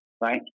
Right